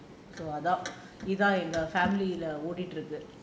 அதான் இதான் எங்க:athaan ithaan enga family lah ஓடீட்டு இருக்கு:odittu irukku